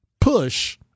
push